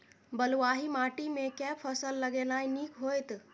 बलुआही माटि मे केँ फसल लगेनाइ नीक होइत?